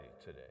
today